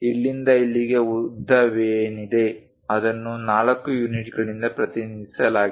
ಇಲ್ಲಿಂದ ಇಲ್ಲಿಗೆ ಉದ್ದವೇನಿದೆ ಅದನ್ನು 4 ಯುನಿಟ್ಗಳಿಂದ ಪ್ರತಿನಿಧಿಸಲಾಗಿದೆ